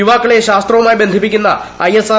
യുവാക്കളെ ശാസ്ത്രവുമായി ബന്ധിപ്പിക്കുന്ന ഐ എസ് ആർ